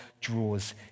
draws